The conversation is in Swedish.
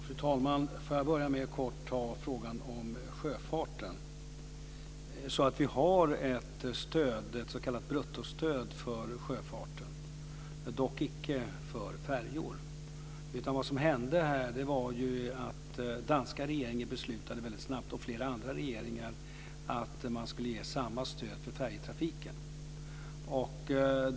Fru talman! Låt mig börja med att kort ta upp frågan om sjöfarten. Vi har ett stöd, ett s.k. bruttostöd, för sjöfarten, dock icke för färjor. Det som hände var att den danska regeringen och flera andra regeringar väldigt snabbt beslutade att ge samma stöd för färjetrafiken.